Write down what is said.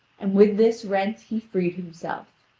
and with this rent he freed himself.